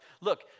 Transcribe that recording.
Look